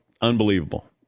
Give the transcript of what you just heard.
unbelievable